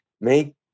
make